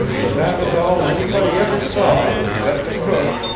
but that was all anybody ever saw except the cook,